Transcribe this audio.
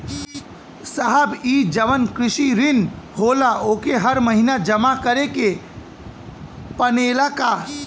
साहब ई जवन कृषि ऋण होला ओके हर महिना जमा करे के पणेला का?